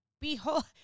behold